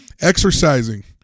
Exercising